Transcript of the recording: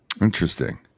Interesting